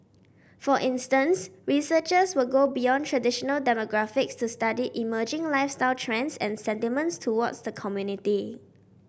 for instance researchers will go beyond traditional demographics to study emerging lifestyle trends and sentiments towards the community